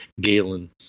Galen